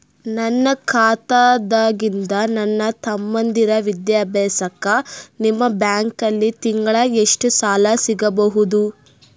ನನ್ನ ಖಾತಾದಾಗಿಂದ ನನ್ನ ತಮ್ಮಂದಿರ ವಿದ್ಯಾಭ್ಯಾಸಕ್ಕ ನಿಮ್ಮ ಬ್ಯಾಂಕಲ್ಲಿ ತಿಂಗಳ ಎಷ್ಟು ಸಾಲ ಸಿಗಬಹುದು?